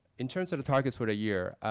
in terms but of targets for the year,